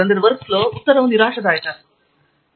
ಹಾಗಾಗಿ ನಾವು ಮುಚ್ಚುತ್ತೇವೆ ಎಂದು ನಾನು ಭಾವಿಸುತ್ತೇನೆ